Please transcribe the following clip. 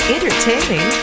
Entertaining